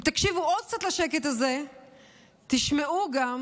אם תקשיבו עוד קצת לשקט הזה תשמעו גם,